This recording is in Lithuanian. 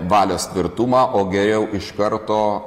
valios tvirtumą o geriau iš karto